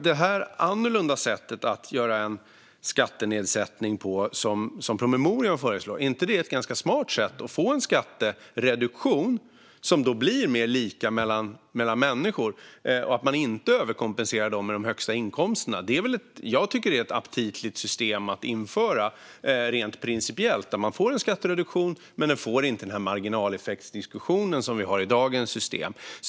Det är ett annorlunda sätt att göra en skattenedsättning på som promemorian föreslår. Är inte det ett ganska smart sätt att få en skattereduktion som blir mer lika mellan människor? Det innebär att man inte överkompenserar dem med de högsta inkomsterna. Jag tycker att det är ett aptitligt system att införa rent principiellt. Man får en skattereduktion, men man får inte marginaleffektsdiskussionen som vi har med dagens system.